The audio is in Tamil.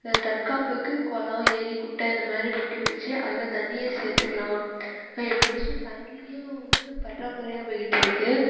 தற்காப்புக்கு குளம் ஏரி குட்டை இந்த மாதிரி வெட்டி வெச்சு அதில் தண்ணியை சேர்த்துக்குலாம் இப்போ மோஸ்ட்லி தண்ணியும் வந்து பற்றாக்குறையாக போயிக்கிட்டிருக்கு